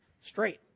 straight